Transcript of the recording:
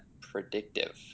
predictive